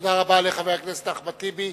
תודה רבה לחבר הכנסת אחמד טיבי.